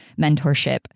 mentorship